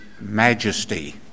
majesty